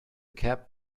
cap